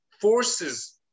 forces